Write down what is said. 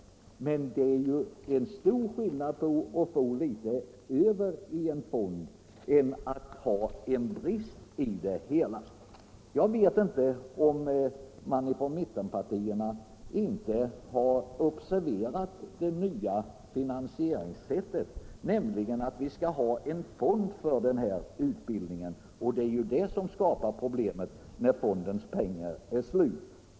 Och det är stor skillnad på att få litet över i en fond och att ha en brist. Jag vet inte om man från mittenpartierna har observerat det nya finansieringssättet, alltså att vi skall ha en fond för denna utbildning. Det är ju om pengarna tar slut i den fonden som problem uppstår.